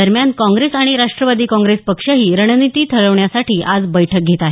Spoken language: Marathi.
दरम्यान काँग्रेस आणि राष्ट्रवादी काँग्रेस पक्षही रणनीती ठरवण्यासाठी आज बैठक घेत आहे